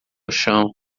chão